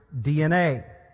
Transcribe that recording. DNA